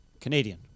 Canadian